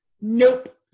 nope